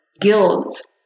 guilds